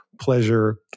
pleasure